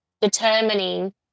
determining